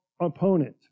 opponent